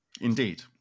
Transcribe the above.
Indeed